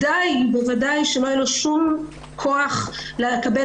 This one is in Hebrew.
בוודאי-בוודאי שלא יהיה לו שום כוח לקבל